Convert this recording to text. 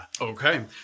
Okay